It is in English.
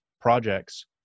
projects